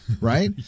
right